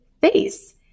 Face